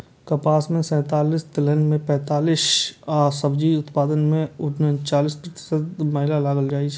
कपास मे सैंतालिस, तिलहन मे पैंतालिस आ सब्जी उत्पादन मे उनचालिस प्रतिशत महिला लागल छै